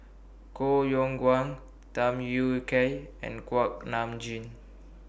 Koh Yong Guan Tham Yui Kai and Kuak Nam Jin